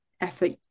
effort